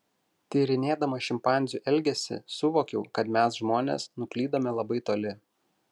tyrinėdama šimpanzių elgesį suvokiau kad mes žmonės nuklydome labai toli